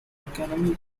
economy